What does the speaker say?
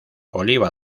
oliva